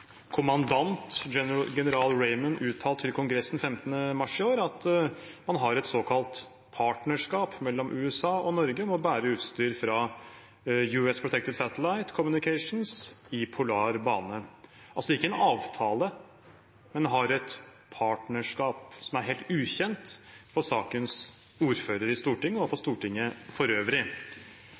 kommandant, general Raymond, uttalte til Kongressen 15. mars i år at man har et såkalt partnerskap mellom USA og Norge om å bære utstyr fra US Protector Satellite Communications i polar bane. En har altså ikke en avtale, en har et partnerskap – som er helt ukjent for sakens ordfører i Stortinget og for Stortinget for øvrig.